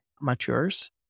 matures